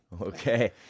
Okay